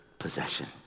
possession